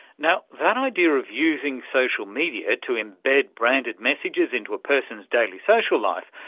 now, that idea of using social media to embed branded messages into a person's daily social life,